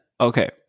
Okay